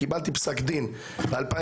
קיבלתי פסק דין ב-2003,